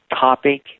topic